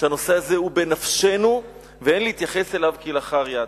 שהנושא הזה הוא בנפשנו ואין להתייחס אליו כלאחר יד.